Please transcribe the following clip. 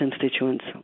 constituents